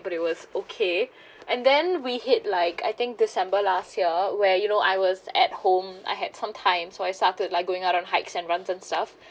but it was okay and then we hit like I think december last year where you know I was at home I had some time so I started like going out on hikes and runs and stuff